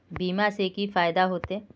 बीमा से की फायदा होते?